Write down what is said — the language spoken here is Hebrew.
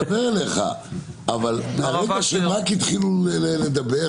ברגע שהם רק התחילו לדבר,